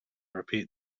repeat